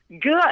Good